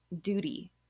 duty